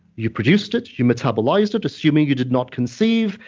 you produced it, you metabolized it, assuming you did not conceive,